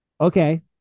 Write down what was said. Okay